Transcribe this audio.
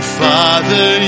father